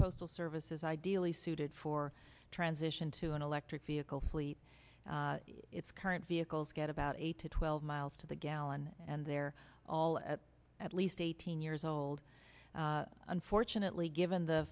postal service is ideally suited for transition to an electric vehicle fleet its current vehicles get about eight to twelve miles to the gallon and they're all at at least eighteen years old unfortunately given the